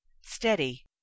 steady